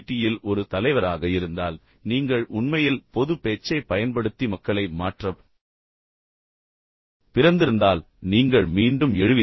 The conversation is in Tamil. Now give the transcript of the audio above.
யில் ஒரு தலைவராக இருந்தால் நீங்கள் உண்மையில் பொதுப் பேச்சைப் பயன்படுத்தி மக்களை மாற்றப் பிறந்திருந்தால் நீங்கள் மீண்டும் எழுவீர்கள்